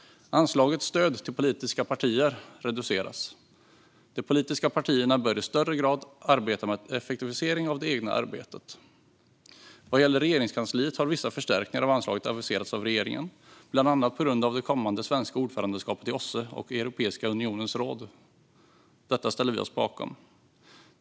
Anslaget Stöd till politiska partier reduceras. De politiska partierna bör i högre grad arbeta med effektivisering av det egna arbetet. Vad gäller Regeringskansliet har vissa förstärkningar av anslaget aviserats av regeringen, bland annat på grund av det kommande svenska ordförandeskapet i OSSE och Europeiska unionens råd. Detta ställer vi oss bakom.